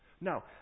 Now